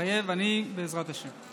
מתחייב אני, בעזרת השם.